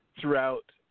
throughout